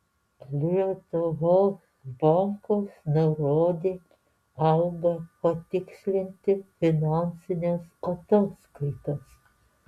lietuvos bankas nurodė auga patikslinti finansines ataskaitas